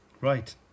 Right